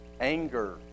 Anger